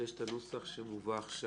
ויש הנוסח שמובא עכשיו.